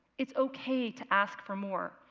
it's okay to ask for more.